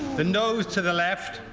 the nos to the left,